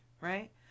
right